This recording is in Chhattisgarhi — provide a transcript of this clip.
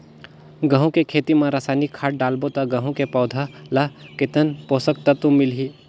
गंहू के खेती मां रसायनिक खाद डालबो ता गंहू के पौधा ला कितन पोषक तत्व मिलही?